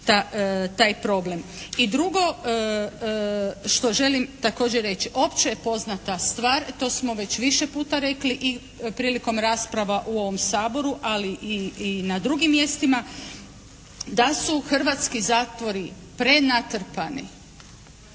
taj problem. I drugo što želim također reći, opće je poznata stvara to smo već više puta rekli i prilikom rasprava u ovom Saboru ali i na drugim mjestima da su hrvatski zatvori prenatrpani